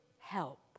help